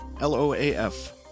l-o-a-f